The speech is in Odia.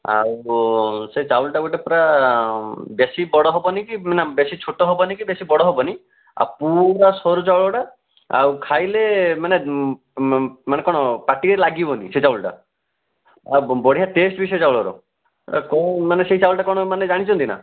ଆଉ ସେ ଚାଉଳଟା ଗୋଟେ ପୂରା ବେଶୀ ବଡ଼ ହେବନି କି ନା ବେଶୀ ଛୋଟ ହେବନି କି ବେଶୀ ବଡ଼ ହେବନି ପୂରା ସରୁ ଚାଉଳଟା ଆଉ ଖାଇଲେ ମାନେ ମାନେ କ'ଣ ପାଟିରେ ଲାଗିବନି ସେ ଚାଉଳଟା ଆଉ ବଢ଼ିଆ ଟେଷ୍ଟ ବି ସେ ଚାଉଳର କେଉଁ ମାନେ ସେଇ ଚାଉଳଟା କ'ଣ ମାନେ ଜାଣିଛନ୍ତି ନା